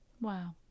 Wow